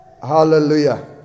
Hallelujah